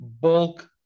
Bulk